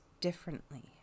differently